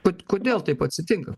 tad kodėl taip atsitinka